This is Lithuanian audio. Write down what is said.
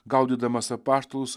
gaudydamas apaštalus